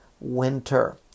winter